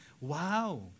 wow